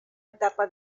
etapa